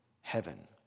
heaven